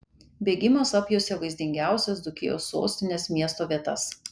bėgimas apjuosė vaizdingiausias dzūkijos sostinės miesto vietas